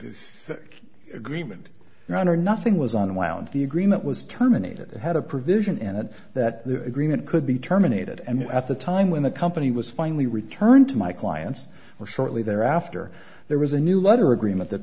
this agreement around or nothing was on wound the agreement was terminated it had a provision in it that the agreement could be terminated and at the time when the company was finally returned to my clients or shortly thereafter there was a new letter agreement th